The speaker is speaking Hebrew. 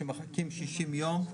שמחכים 60 יום,